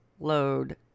load